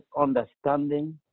understanding